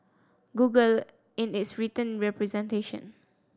google in its written representation